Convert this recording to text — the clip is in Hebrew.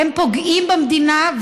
הם פוגעים במדינה.